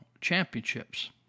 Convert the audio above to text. championships